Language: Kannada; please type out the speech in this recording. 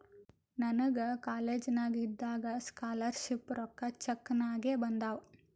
ನನಗ ಕಾಲೇಜ್ನಾಗ್ ಇದ್ದಾಗ ಸ್ಕಾಲರ್ ಶಿಪ್ ರೊಕ್ಕಾ ಚೆಕ್ ನಾಗೆ ಬಂದಾವ್